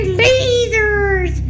lasers